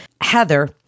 Heather